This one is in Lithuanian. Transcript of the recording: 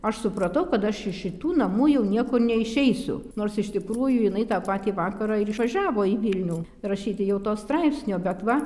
aš supratau kad aš iš šitų namų jau niekur neišeisiu nors iš tikrųjų jinai tą patį vakarą ir išvažiavo į vilnių rašyti jau to straipsnio bet va